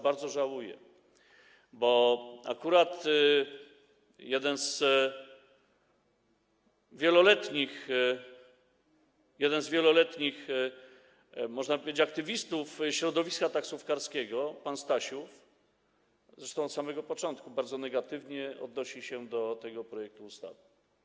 Bardzo żałuję, bo akurat jeden z wieloletnich, można powiedzieć, aktywistów środowiska taksówkarskiego, pan Stasiów - zresztą od samego początku - bardzo negatywnie odnosi się do tego projektu ustawy.